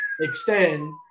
Extend